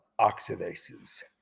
oxidases